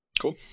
cool